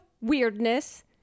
weirdness